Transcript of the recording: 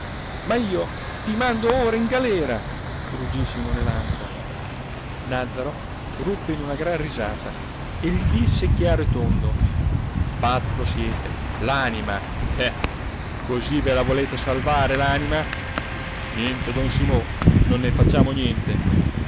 ma io ti mando ora in galera ruggì simone lampo nàzzaro ruppe in una gran risata e gli disse chiaro e tondo pazzo siete l'anima eh così ve la volete salvare l'anima niente don simo non ne facciamo niente